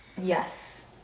yes